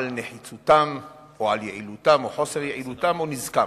על נחיצותן, על יעילותן או חוסר יעילותן או נזקן,